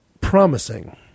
promising